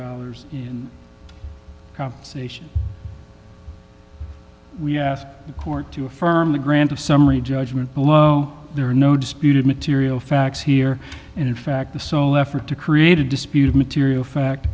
dollars in compensation we asked the court to affirm the grant of summary judgment below there are no disputed material facts here and in fact the sole effort to create a disputed material fact